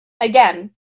again